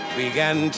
began